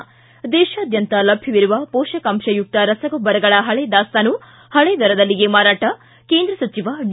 ದೇಶಾದ್ಯಂತ ಲಭ್ಯವಿರುವ ಪೋಷಕಾಂಶಯುಕ್ತ ರಸಗೊಬ್ಬರಗಳ ಹಳೆ ದಾಸ್ತಾನು ಹಳೆ ದರದಲ್ಲಿಯೇ ಮಾರಾಟ ಕೇಂದ್ರ ಸಚಿವ ಡಿ